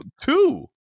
Two